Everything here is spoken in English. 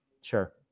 sure